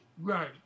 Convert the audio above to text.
Right